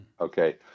Okay